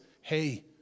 hey